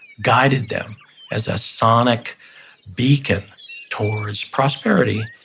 guided them as a sonic beacon towards prosperity.